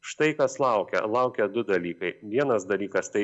štai kas laukia laukia du dalykai vienas dalykas tai